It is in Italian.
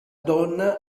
donna